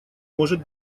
может